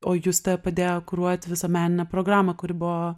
o justė padėjo kuruot visą meninę programą kuri buvo